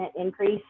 increase